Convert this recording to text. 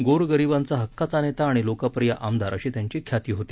गोरगरीबाचा हक्काचा नेता आणि लोकप्रिय आमदार अशी त्यांची ख्याती होती